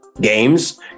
games